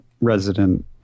resident